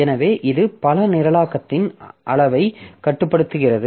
எனவே இது பல நிரலாக்கத்தின் அளவைக் கட்டுப்படுத்துகிறது